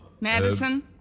Madison